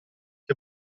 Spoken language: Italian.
che